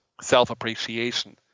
self-appreciation